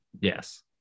Yes